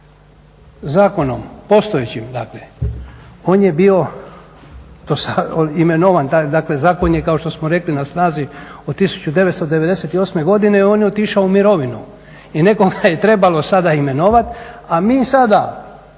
zakonom, postojećim dakle, on je bio imenovan, dakle zakon je kao što smo rekli na snazi od 1998. godine i on je otišao u mirovinu i nekoga je trebalo sada imenovati a mi sada